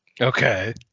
Okay